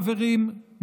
חברים,